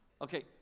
Okay